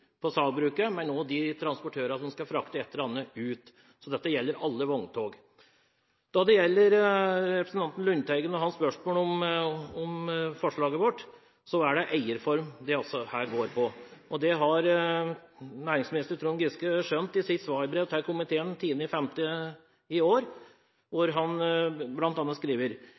på sagbruket, men også for de transportørene som skal frakte et eller annet ut – dette gjelder altså alle vogntog. Når det gjelder representanten Lundteigen og hans spørsmål om forslaget vårt, er det eierform det dreier seg om. Det har næringsminister Trond Giske skjønt i sitt svarbrev til komiteen 10. mai i år, hvor han bl.a. skriver: